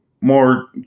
more